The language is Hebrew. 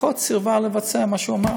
האחות סירבה לבצע את מה שהוא אמר